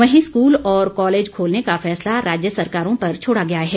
वहीं स्कूल और कॉलेज खोलने का फैसला राज्य सरकारों पर छोड़ा गया है